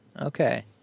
Okay